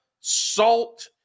salt